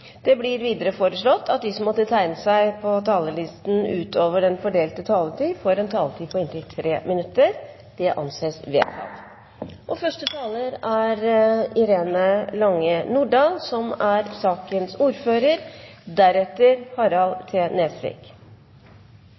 blir det foreslått at de som måtte tegne seg på talerlisten utover den fordelte taletid, får en taletid på inntil 3 minutter. – Det anses vedtatt. Dette er en sak som ikke bør ta så veldig lang tid. Komiteen er